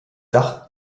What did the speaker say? dach